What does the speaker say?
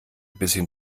bisschen